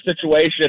situation